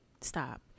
stop